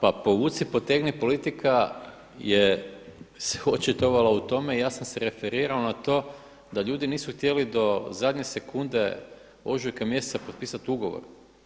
Pa povuci-potegni politika je se očitovala u tome i ja sam se referirao na to da ljudi nisu htjeli do zadnje sekunde ožujka mjeseca potpisat ugovor.